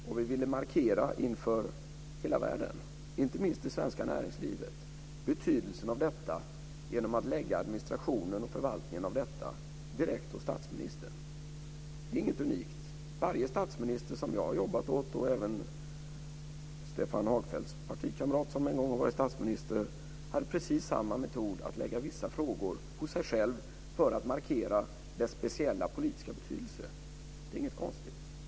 Vi ville också markera inför hela världen, inte minst det svenska näringslivet, betydelsen av detta genom att lägga administrationen och förvaltningen direkt hos statsministern. Det är inget unikt. Varje statsminister som jag har jobbat åt, och även Stefan Hagfeldts partikamrat som en gång var statsminister, har haft precis samma metod att lägga vissa frågor hos sig själv för att markera deras speciella politiska betydelse. Det är inget konstigt.